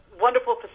wonderful